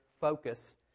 focus